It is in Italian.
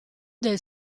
del